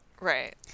Right